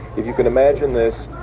if you can imagine this,